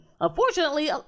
unfortunately